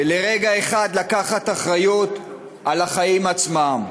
לרגע אחד לקחת אחריות לחיים עצמם.